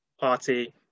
party